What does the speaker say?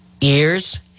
ears